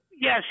yes